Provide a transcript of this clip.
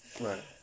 right